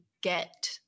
get